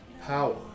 power